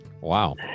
Wow